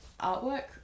artwork